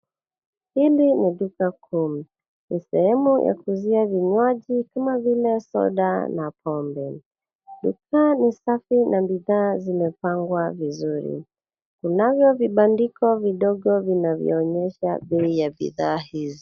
Hili ni duka kuu. Ni sehemu ya kuuzia vinywaji kama vile soda na pombe. Duka ni safi na bidhaa zimepangwa vizuri. Kunavyo vibandiko vidogo vinavyo onyesha bei ya bidhaa hizi.